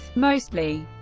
mostly,